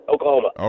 Oklahoma